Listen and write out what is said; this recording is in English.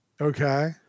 okay